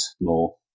more